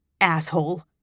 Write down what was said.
asshole